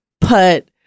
put